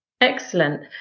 Excellent